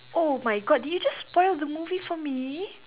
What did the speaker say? oh my god did you just spoil out the movie for me